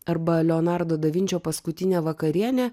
arba leonardo da vinčio paskutinė vakarienė